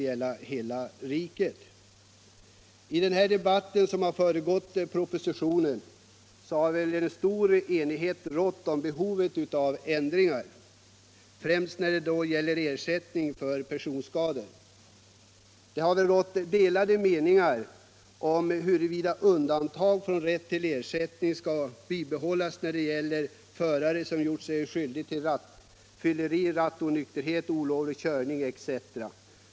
I den diskussion som föregått propositionen har stor enighet rått om behovet av ändringar, främst när det gäller ersättning för personskador. Det har emellertid varit delade meningar huruvida undantaget för rätt till ersättning skall bibehållas när det gäller förare som gjort sig skyldiga till rattfylleri, rattonykterhet, olovlig körning etc.